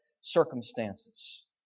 circumstances